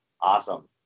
Awesome